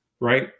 Right